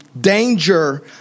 danger